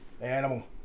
Animal